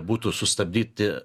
būtų sustabdyti